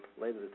later